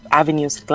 avenues